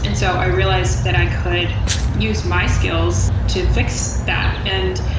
and so i realized that i could use my skills to fix that. and